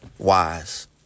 Wise